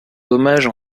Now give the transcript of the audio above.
d’hommage